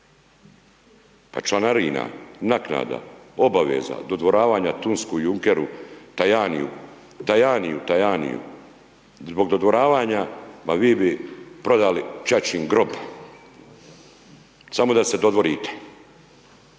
pa članarina, naknada, obaveza, dodvoravanja Tunsku i Junckeru, Tajaniju, Tajaniju, Tajaniju, zbog dodvoravanja ma vi bi prodali ćaćin grob, samo da se dodvorite.